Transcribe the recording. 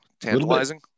tantalizing